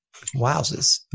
Wowzers